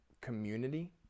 community